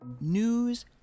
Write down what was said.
News